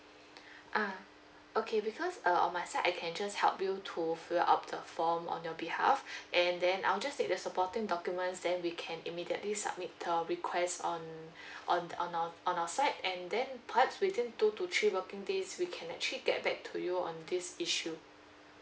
ah okay because uh on my side I can just help you to fill up the form on your behalf and then I'll just need the supporting documents then we can immediately submit the request on on on our on our side and then perhaps within two to three working days we can actually get back to you on this issue